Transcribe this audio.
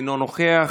אינו נוכח,